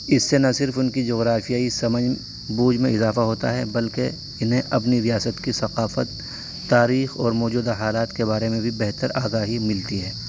اس سے نہ صرف ان کی جغرافیائی سمجھ بوجھ میں اضافہ ہوتا ہے بلکہ انہیں اپنی ریاست کی ثقافت تاریخ اور موجودہ حالات کے بارے میں بھی بہتر آگاہی ملتی ہے